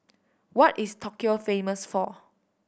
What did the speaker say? what is Tokyo famous for